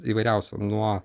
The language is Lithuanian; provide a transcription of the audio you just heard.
įvairiausi nuo